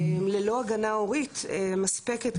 וללא הגנה הורית מספקת,